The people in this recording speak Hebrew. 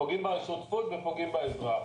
פוגעים בשותפות ופוגעים באזרח.